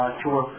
tour